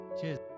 Cheers